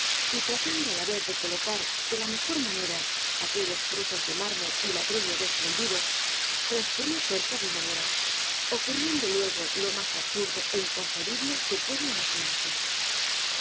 y tratando á la vez d e colocar de la mejor manera aquellos trozos de mármol y ladrillo desprendidos transcurrió cerca de una hora ocurriendo luego lo más absurdo é inconcebible que puede imaginarse